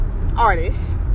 artist